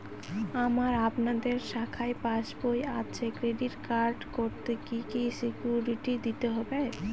আমার আপনাদের শাখায় পাসবই আছে ক্রেডিট কার্ড করতে কি কি সিকিউরিটি দিতে হবে?